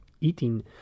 eating